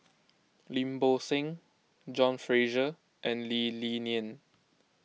Lim Bo Seng John Fraser and Lee Li Lian